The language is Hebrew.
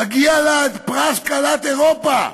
מגיע לה פרס אירופה,